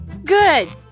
good